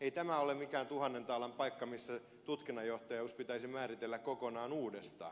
ei tämä ole mikään tuhannen taalan paikka missä tutkinnanjohtajuus pitäisi määritellä kokonaan uudestaan